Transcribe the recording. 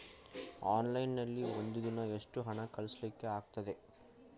Online ನಲ್ಲಿ ಒಂದು ದಿನ ಎಷ್ಟು ಹಣ ಕಳಿಸ್ಲಿಕ್ಕೆ ಆಗ್ತದೆ?